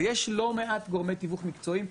ויש לא מעט גורמי תיווך מקצועיים,